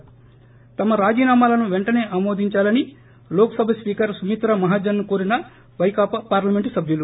ి తమ రాజీనామాలను పెంటనే ఆమోదిందాలని లోక్ సభ స్పీకర్ సుమిత్ర మహాజన్ ను కోరిన పైకాపా పార్లమెంటు సభ్యులు